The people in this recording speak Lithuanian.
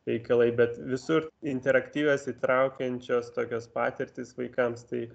reikalai bet visur interaktyvios įtraukiančios tokios patirtys vaikams tai